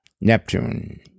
Neptune